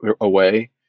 away